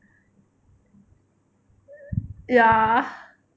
ya